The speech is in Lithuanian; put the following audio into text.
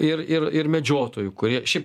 ir ir ir medžiotojų kurie šiaip